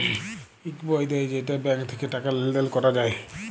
ইক বই দেয় যেইটা ব্যাঙ্ক থাক্যে টাকা লেলদেল ক্যরা যায়